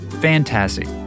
Fantastic